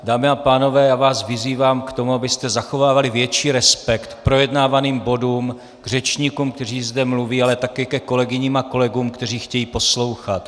Dámy a pánové, vyzývám k tomu, abyste zachovávali větší respekt k projednávaným bodům, k řečníkům, kteří zde mluví, ale také ke kolegyním a kolegům, kteří chtějí poslouchat.